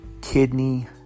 kidney